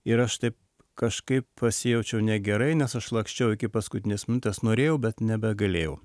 ir aš taip kažkaip pasijaučiau negerai nes aš laksčiau iki paskutinės minutės norėjau bet nebegalėjau